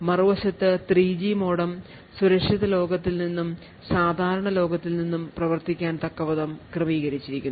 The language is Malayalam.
മറുവശത്ത് 3 ജി മോഡം സുരക്ഷിത ലോകത്ത് നിന്നും സാധാരണ ലോകത്തിൽ നിന്നും പ്രവർത്തിക്കാൻ തക്കവിധം ക്രമീകരിച്ചിരിക്കുന്നു